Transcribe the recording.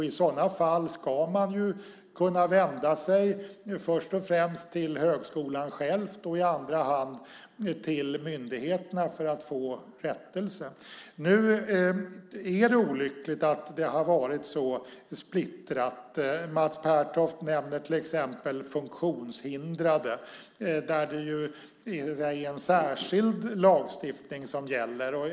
I sådana fall ska man kunna vända sig först och främst till högskolan själv och i andra hand till myndigheterna för att få rättelse. Det är olyckligt att det har varit så splittrat. Mats Pertoft nämner till exempel funktionshindrade. Där är det en särskild lagstiftning som gäller.